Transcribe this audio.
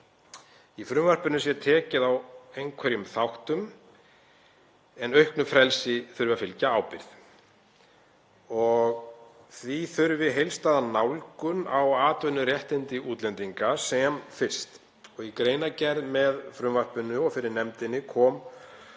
Í frumvarpinu sé tekið á einhverjum þáttum en auknu frelsi þurfi að fylgja ábyrgð. Því þurfi heildstæða nálgun á atvinnuréttindi útlendinga sem fyrst. Í greinargerð með frumvarpinu og fyrir nefndinni kom